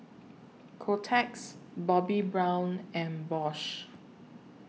Kotex Bobbi Brown and Bosch